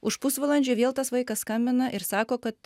už pusvalandžio vėl tas vaikas skambina ir sako kad